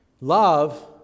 love